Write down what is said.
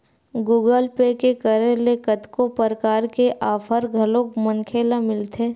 Google Pay के करे ले कतको परकार के आफर घलोक मनखे ल मिलथे